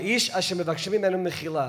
האיש אשר מבקשים ממנו מחילה